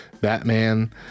Batman